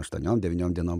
aštuoniom devyniom dienom